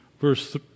Verse